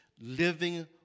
living